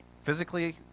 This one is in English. physically